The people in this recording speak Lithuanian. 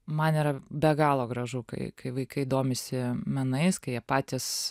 man yra be galo gražu kai kai vaikai domisi menais kai jie patys